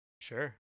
Sure